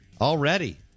already